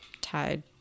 tied